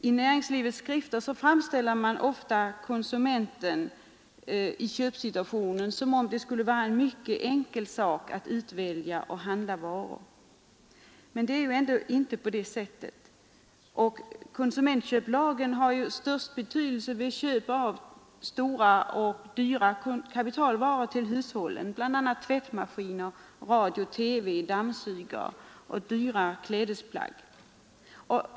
I näringslivets skrifter framställer man ofta konsumenten i köpsituationen som om det vore en mycket enkel sak att utvälja och handla varor, men så är det ju inte. Konsumentköplagen har sin stora betydelse vid köp av stora och dyra kapitalvaror till hushållet, t.ex. tvättmaskiner, radio, TV och dammsugare, samt vid köp av dyra klädesplagg.